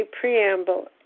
Preamble